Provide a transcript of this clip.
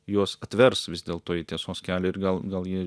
juos atvers vis dėl į tiesos kelią ir gal gal jie